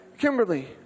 Kimberly